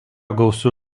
gausu